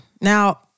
Now